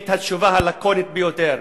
את התשובה הלקונית ביותר.